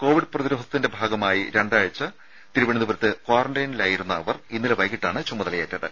Covid പ്രതിരോധത്തിന്റെ ഭാഗമായി രണ്ടാഴ്ച തിരുവനന്തപുരത്ത് ക്വാറന്റൈനിലായിരുന്ന അവർ ഇന്നലെ വൈകീട്ടാണ് ചുമതലയേറ്റത്